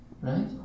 right